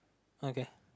okay